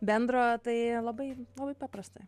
bendro tai labai labai paprasta